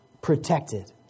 protected